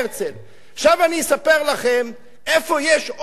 עכשיו אני אספר לכם איפה עוד יש תמונה של הרצל.